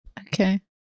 Okay